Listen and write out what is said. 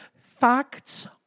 Facts